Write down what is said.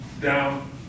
down